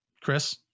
Chris